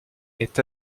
est